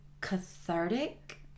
cathartic